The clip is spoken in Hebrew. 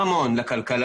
תורמים המון לכלכלה,